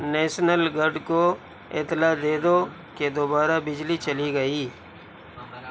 national grid کو اطلاع دے دو کہ دوبارہ بجلی چلی گئی